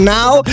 Now